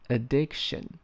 Addiction